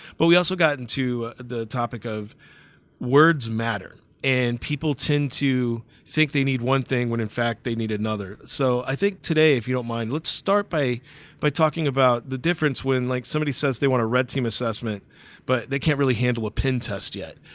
but we also got into the topic of words matter and people tend to think they need one thing when in fact they need another so i think today if you don't mind let's start by by talking about the difference when like somebody says they want a red team assessment but they can't really handle a pin test yet.